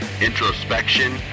introspection